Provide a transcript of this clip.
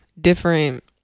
different